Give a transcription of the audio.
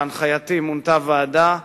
בהנחייתי מונתה ועדה שגישרה,